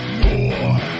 more